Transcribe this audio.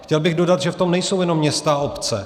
Chtěl bych dodat, že v tom nejsou jenom města a obce.